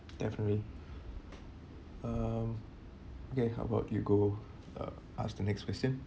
definitely uh get about you go uh ask the next question